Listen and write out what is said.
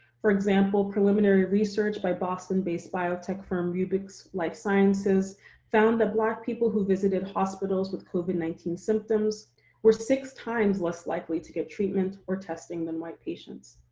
for example, preliminary research by boston-based biotech firm rubix life sciences found the black people who visited hospitals with covid nineteen symptoms were six times less likely to get treatment or testing than white patients.